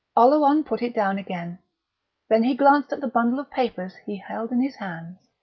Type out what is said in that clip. oleron put it down again then he glanced at the bundle of papers he held in his hand.